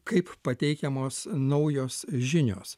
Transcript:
kaip pateikiamos naujos žinios